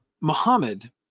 muhammad